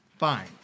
fine